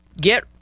get